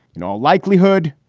in all likelihood,